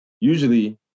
Usually